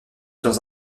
dans